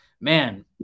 man